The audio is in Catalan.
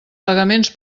pagaments